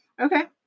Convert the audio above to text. okay